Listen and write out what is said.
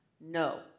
No